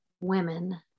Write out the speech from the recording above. women